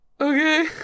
Okay